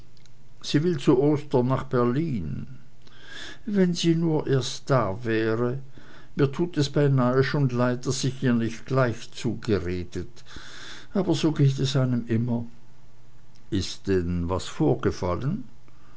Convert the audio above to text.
sie will zu ostern nach berlin wenn sie nur erst da wäre mir tut es beinahe schon leid daß ich ihr nicht gleich zugeredet aber so geht es einem immer ist denn was vorgefallen